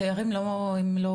התיירים הם לא פה,